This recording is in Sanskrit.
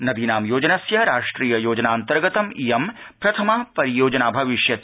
नदीनां योजनस्य राष्ट्रिय योजनान्तर्गतम् इयं प्रथमा परियोजना भविष्यति